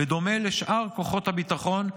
בדומה לשאר כוחות הביטחון,